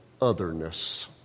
otherness